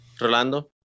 Rolando